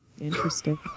Interesting